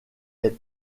est